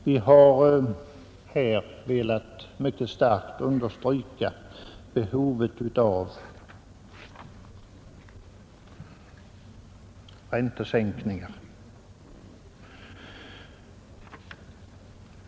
Vi har här velat mycket starkt understryka behovet av räntesänkningar.